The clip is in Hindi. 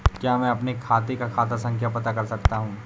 क्या मैं अपने खाते का खाता संख्या पता कर सकता हूँ?